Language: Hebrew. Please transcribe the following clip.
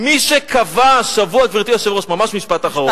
מי שקבע השבוע, גברתי היושבת-ראש, ממש משפט אחרון.